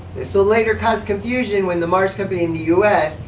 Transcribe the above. so later cause confusion when the mars company in the u s.